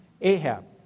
Ahab